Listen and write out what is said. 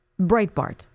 Breitbart